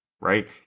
right